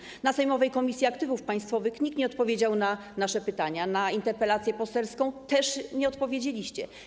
Na posiedzeniu sejmowej Komisji Aktywów Państwowych nikt nie odpowiedział na nasze pytania, na interpelację poselską też nie odpowiedzieliście.